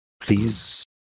Please